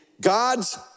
God's